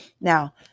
Now